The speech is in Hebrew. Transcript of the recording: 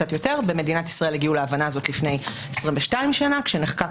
במדינת ישראל הגיעו להבנה הזאת לפני 22 שנה כשנחקק